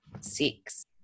six